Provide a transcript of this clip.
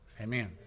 Amen